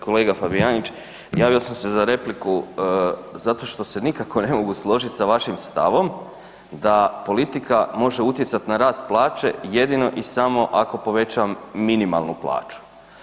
Kolega Fabijanić javio sam se za repliku zato što se nikako ne mogu složiti sa vašim stavom da politika može utjecati na rast plaće, jedino i samo ako poveća minimalnu plaću.